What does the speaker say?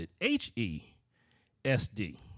H-E-S-D